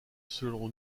selon